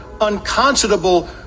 unconscionable